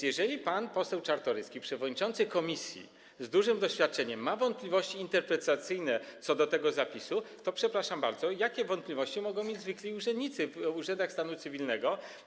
Jeżeli więc pan poseł Czartoryski, przewodniczący komisji z dużym doświadczeniem, ma wątpliwości interpretacyjne co do tego zapisu, to, przepraszam bardzo, jakie wątpliwości mogą mieć zwykli urzędnicy w urzędach stanu cywilnego?